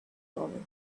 over